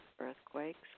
earthquakes